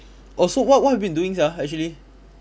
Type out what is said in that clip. oh so what what have you been doing sia actually